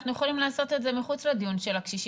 אנחנו יכולים לעשות את זה מחוץ לדיון של הקשישים.